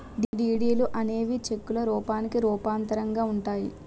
డీడీలు అనేవి చెక్కుల రూపానికి రూపాంతరంగా ఉంటాయి